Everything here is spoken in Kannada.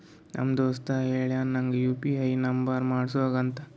ನಮ್ ದೋಸ್ತ ಹೇಳುನು ನಂಗ್ ಯು ಪಿ ಐ ನುಂಬರ್ ಮಾಡುಸ್ಗೊ ಅಂತ